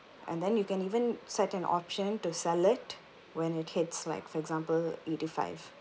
and then you can even set an option to sell it when it hits like for example eighty-five